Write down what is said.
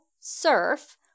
surf